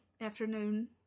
afternoon